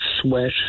sweat